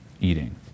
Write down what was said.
eating